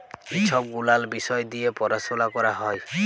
ই ছব গুলাল বিষয় দিঁয়ে পরাশলা ক্যরা হ্যয়